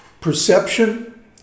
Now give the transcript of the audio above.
Perception